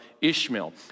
Ishmael